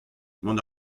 mont